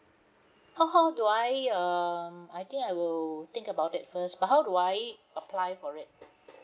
how how do I um I think I will think about it first but how do I apply for it